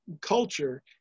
culture